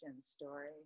story